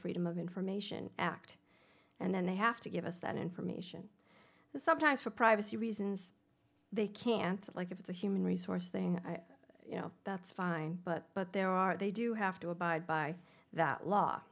freedom of information act and then they have to give us that information sometimes for privacy reasons they can't like it's a human resource thing you know that's fine but but there are they do have to abide by that law